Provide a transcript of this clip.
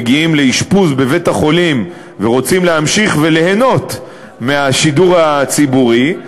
מגיעים לאשפוז בבית-החולים ורוצים להמשיך וליהנות מהשידור הציבורי,